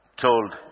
told